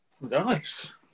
Nice